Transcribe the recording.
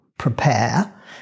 Prepare